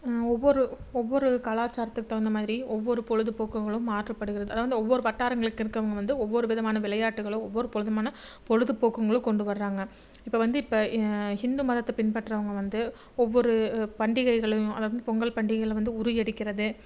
ஒவ்வொரு ஒவ்வொரு கலாச்சாரத்துக்கு தகுந்த மாதிரி ஒவ்வொரு பொழுது போக்குகளும் மாற்றப்படுகிறது அதாவது வந்து ஒவ்வொரு வட்டாரங்களுக்கு இருக்கவங்க வந்து ஒவ்வொரு விதமான விளையாட்டுகளும் ஒவ்வொரு பொழுதுமான பொழுது போக்குங்களும் கொண்டு வராங்க இப்போ வந்து இப்போ ஹிந்து மதத்தை பின்பற்றவங்க வந்து ஒவ்வொரு பண்டிகைகளையும் அதாவது பொங்கல் பண்டிகையில் வந்து உறியடிக்கிறது